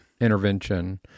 intervention